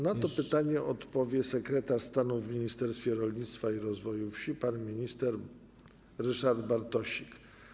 Na to pytanie odpowie sekretarz stanu w Ministerstwie Rolnictwa i Rozwoju Wsi pan minister Ryszard Bartosik.